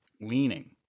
Leaning